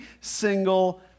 single